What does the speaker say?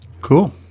Cool